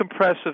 compressive